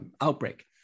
outbreak